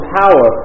power